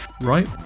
right